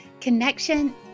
connection